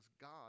God